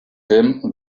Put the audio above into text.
him